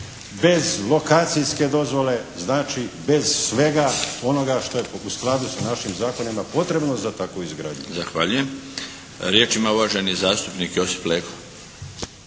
bez lokacijske dozvole. Znači bez svega onoga što je u skladu sa našim zakonima potrebno za takvu izgradnju. **Milinović, Darko (HDZ)** Zahvaljujem. Riječ ima uvaženi zastupnik Josip Leko.